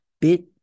bit